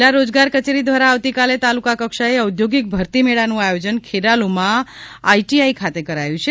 જિલ્લા રોજગાર કચેરી દ્વારા આવતીકાલે તાલુકા કક્ષાએ ઔદ્યોગિક ભરતી મેળાનુ આયોજન ખેરાલુમાં આઇટી આઇ ખાતે કરાયુ છે